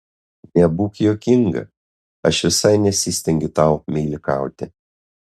nebūk juokinga aš visai nesistengiu tau meilikauti